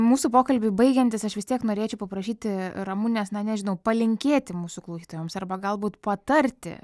mūsų pokalbiui baigiantis aš vis tiek norėčiau paprašyti ramunės na nežinau palinkėti mūsų klausytojams arba galbūt patarti